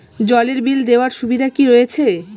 জলের বিল দেওয়ার সুবিধা কি রয়েছে?